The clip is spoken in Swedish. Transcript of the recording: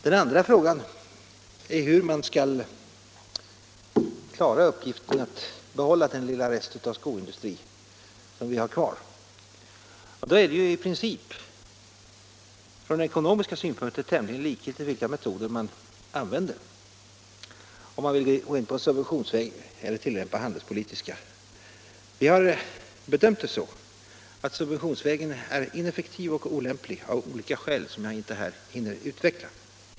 Den andra frågan är hur man skall klara uppgiften att behålla den lilla rest av skoindustri som vi har kvar. Då är det i princip, från ekonomiska synpunkter, tämligen likgiltigt vilka metoder man använder; om man vill gå subventionsvägen eller vidta handelspolitiska åtgärder. Vi har bedömt det så att subventionsvägen är ineffektiv och olämplig av olika skäl, som jag inte här hinner utveckla.